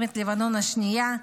מלחמת לבנון השנייה,